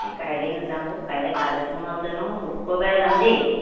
এই কাইলৈ নাযাওঁ অ' কাইলৈ কাজ এখনো আছে নহয় শুক্ৰবাৰে যাম দেই